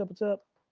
up, what's up?